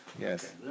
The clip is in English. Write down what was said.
Yes